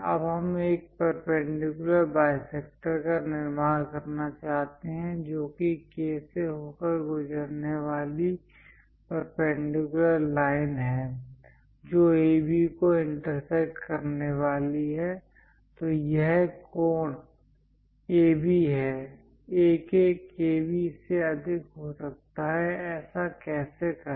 अब हम एक परपेंडिकुलर बाईसेक्टर का निर्माण करना चाहते हैं जो कि K से होकर गुजरने वाली परपेंडिकुलर लाइन है जो AB को इंटरसेक्ट करने वाली है तो यह कोण AB है AK KB से अधिक है ऐसा कैसे करें